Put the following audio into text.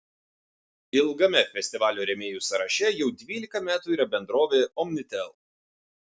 ilgame festivalio rėmėjų sąraše jau dvylika metų yra bendrovė omnitel